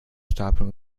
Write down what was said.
stapeln